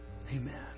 Amen